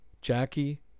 Jackie